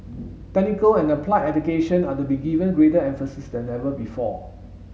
technical and applied education are to be given greater emphasis than ever before